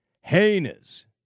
heinous